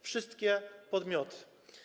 Wszystkie podmioty.